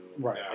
Right